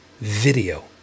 video